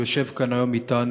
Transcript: הוא יושב כאן היום אתנו,